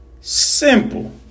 Simple